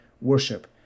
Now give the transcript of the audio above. worship